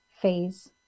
phase